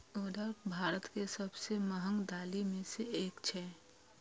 उड़द भारत के सबसं महग दालि मे सं एक छियै